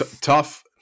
tough